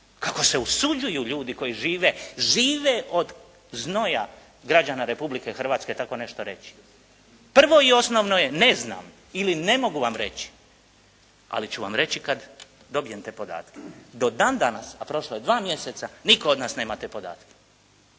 Kako se usuđuju ljudi koji žive, žive od znoja građana Republike Hrvatske tako nešto reći? Prvo i osnovno je: ne znam ili ne mogu vam reći, ali ću vam reći kad dobijem te podatke. Do dan danas a prošlo je dva mjeseca nitko od nas nema te podatke.